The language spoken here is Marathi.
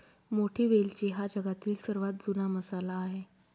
मोठी वेलची हा जगातील सर्वात जुना मसाला आहे